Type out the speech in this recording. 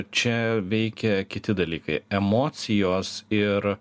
čia veikia kiti dalykai emocijos ir